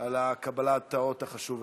על קבלת האות החשוב הזה.